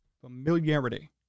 familiarity